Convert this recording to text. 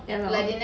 ya lor